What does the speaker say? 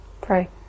Pray